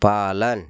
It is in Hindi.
पालन